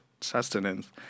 sustenance